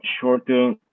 shorter